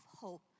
hope